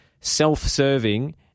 self-serving